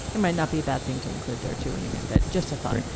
it might not be a bad thing to include there too, when you make that just a thought.